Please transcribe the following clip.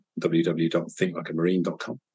www.thinklikeamarine.com